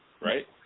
right